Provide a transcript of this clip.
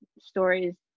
stories